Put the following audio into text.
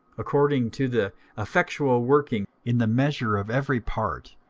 according to the effectual working in the measure of every part,